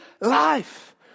life